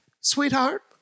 sweetheart